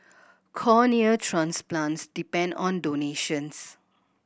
cornea transplants depend on donations